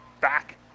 back